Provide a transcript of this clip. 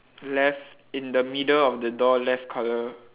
left in the middle of the door left colour